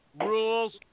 rules